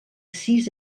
sis